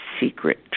secret